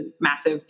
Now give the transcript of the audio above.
massive